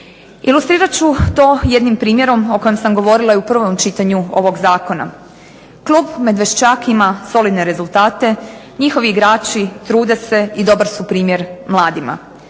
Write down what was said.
Ilustrirat ću to jednim primjerom o kojem sam govorila i u prvom čitanju ovog zakona. Klub Medveščak ima solidne rezultate, njihovi igrači trude se i dobar su primjer mladima.